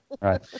right